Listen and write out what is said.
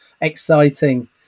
exciting